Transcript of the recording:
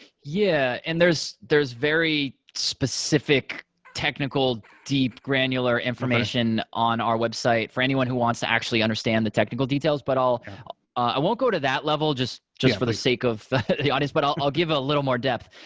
yeah, and there's there's very specific technical, deep, granular information on our website for anyone who wants to actually understand the technical details, but i won't go to that level just just for the sake of the audience, but i'll i'll give a little more depth.